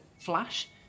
flash